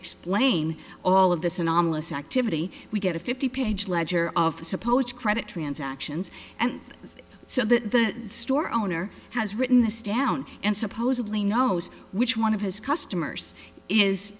explain all of this anomalous activity we get a fifty page ledger of supposed credit transactions and so that the store owner has written the stant and supposedly knows which one of his customers is